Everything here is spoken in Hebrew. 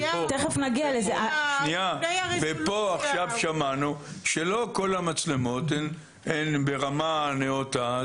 בעוד שפה שמענו עכשיו שלא כל המצלמות הן ברמה נאותה.